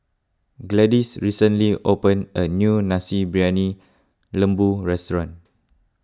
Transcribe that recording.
Gladis recently opened a new Nasi Briyani Lembu restaurant